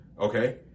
okay